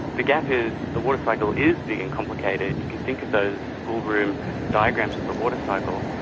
the gap is the water cycle is being complicated. you can think of those schoolroom diagrams of the water cycle,